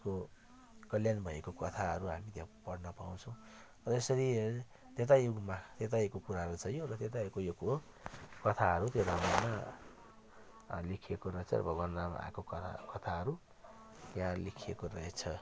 उसको कल्याण भएको कथाहरू हामी त्यहाँ पढ्न पाउँछौँ र यसरी त्रेता युगमा त्रेता युगको कुराहरू चाहिँ र त्रेता युगको यो कुरो कथाहरू त्यो रामायणमा लेखिएको रहेछ भगवान राम आएको कथाहरू यहाँ लेखिएको रहेछ